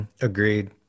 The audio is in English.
agreed